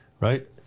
right